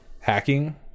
hacking